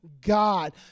God